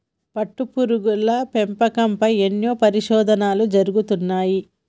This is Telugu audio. పట్టుపురుగుల పెంపకం పై ఎన్నో పరిశోధనలు జరుగుతున్నాయి